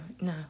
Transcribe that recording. no